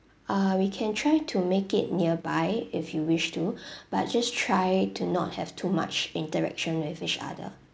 uh we can try to make it nearby if you wish to but just try to not have too much interaction with each other